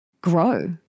grow